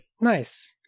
Nice